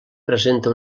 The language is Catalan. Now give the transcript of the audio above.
presenta